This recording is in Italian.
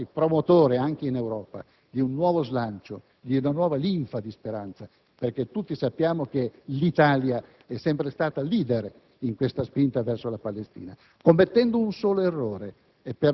di farsi promotore anche in Europa di un nuovo slancio, di una nuova linfa di speranza, perché tutti sappiamo che l'Italia è sempre stata *leader* in questa spinta verso la Palestina, commettendo un solo errore.